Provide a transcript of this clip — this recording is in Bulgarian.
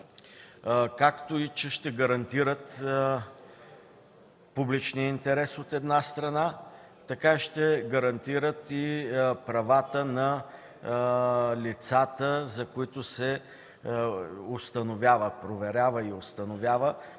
както и че ще гарантират публичния интерес, от една страна, така ще гарантират и правата на лицата, за които се проверява и установява